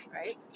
right